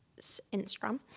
Instagram